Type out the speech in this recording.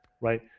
right